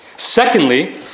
Secondly